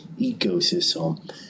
ecosystem